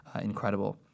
incredible